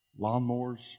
Lawnmowers